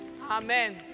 Amen